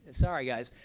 sorry, guys.